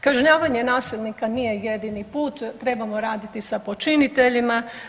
Kažnjavanje nasilnika nije jedini put, trebamo raditi sa počiniteljima.